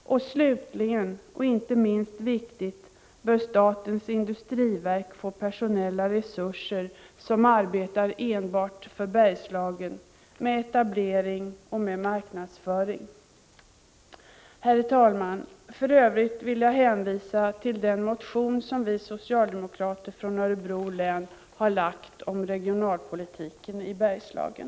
Slutligen, och inte minst viktigt, bör statens industriverk få personella resurser som arbetar enbart för Bergslagen — med etablering och marknadsföring. Herr talman! För övrigt vill jag hänvisa till den motion som vi socialdemokrater från Örebro län har lagt fram om regionalpolitiken i Bergslagen.